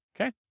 okay